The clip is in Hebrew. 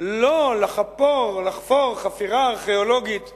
לא לחפור חפירה ארכיאולוגית בהר-הבית,